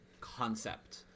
concept